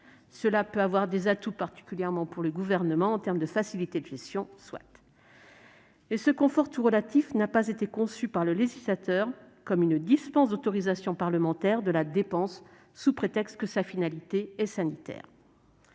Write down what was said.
Cela peut constituer un atout, particulièrement pour le Gouvernement, en termes de facilité de gestion. Soit ! Mais ce confort tout relatif n'a pas été conçu par le législateur comme une dispense d'autorisation parlementaire de la dépense, sous prétexte que sa finalité est sanitaire.